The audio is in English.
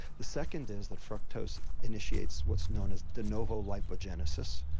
the second is that fructose initiates what's known as de novo lipogenesis.